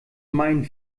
meinen